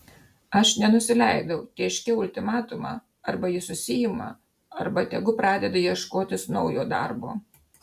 aš nenusileidau tėškiau ultimatumą arba jis susiima arba tegu pradeda ieškotis naujo darbo